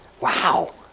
Wow